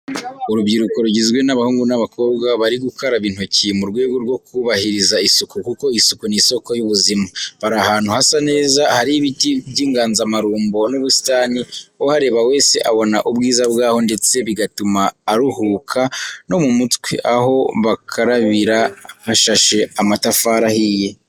Urubyuruko rugizwe n'abahungu n'abakobwa bari gukaraba intoki mu rwego rwo kubahiriza isuku kuko isuku ni isoko y'ubuzima. Bari ahantu hasa neza hari ibiti by'inganzamarumbo n'ubusitani. Uhareba wese abona ubwiza bwaho ndetse bigatuma aruhuka no mu mutwe, aho bakarabira hashashe amatafari ahiye.